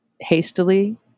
hastily